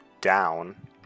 down